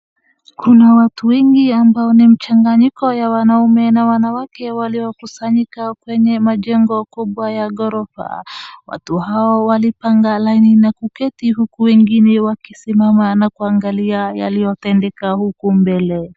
Kuna watu wengi ambao ni mchanganyiko ya wanaume na wanawake waliokusanyika kwenye majengo kubwa ya ghorofa. watu hao walipanga laini na kuketi huku wengine wakisimama na kuangalia yaliyotendeka huku mbele.